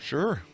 Sure